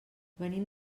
venim